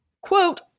quote